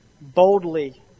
boldly